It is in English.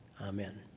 amen